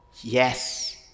yes